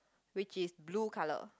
which is blue colour